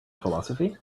philosophy